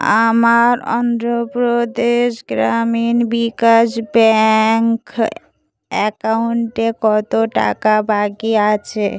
আমার অন্ধ্রপ্রদেশ গ্রামীণ বিকাশ ব্যাঙ্ক অ্যাকাউন্টে কত টাকা বাকি আছে